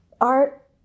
art